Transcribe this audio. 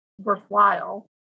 worthwhile